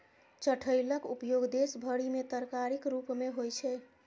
चठैलक उपयोग देश भरि मे तरकारीक रूप मे होइ छै